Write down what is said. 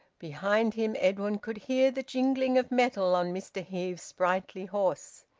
behind him, edwin could hear the jingling of metal on mr heve's sprightly horse.